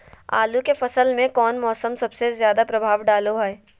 आलू के फसल में कौन मौसम सबसे ज्यादा प्रभाव डालो हय?